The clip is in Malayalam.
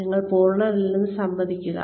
നിങ്ങൾ പൂർണനല്ലെന്ന് സമ്മതിക്കുക